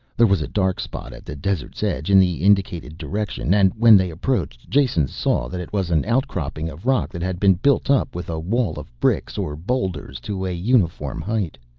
there was a dark spot at the desert's edge in the indicated direction and when they approached jason saw that it was an outcropping of rock that had been built up with a wall of bricks or boulders to a uniform height.